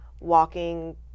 Walking